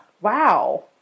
Wow